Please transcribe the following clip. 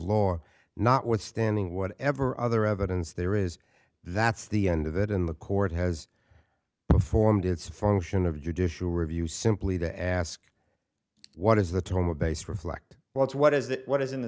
law notwithstanding whatever other evidence there is that's the end of it and the court has performed its function of judicial review simply to ask what is the total base reflect what's what is the what is in the